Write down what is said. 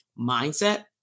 mindset